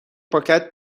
پاکت